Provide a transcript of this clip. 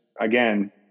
again